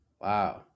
Wow